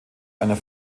einer